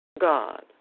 God